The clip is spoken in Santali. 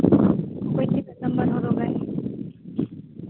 ᱚᱠᱚᱭ ᱛᱤᱱᱟᱹᱜ ᱱᱟᱢᱵᱟᱨ ᱦᱚᱨᱚᱜᱟᱭ